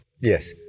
Yes